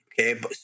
Okay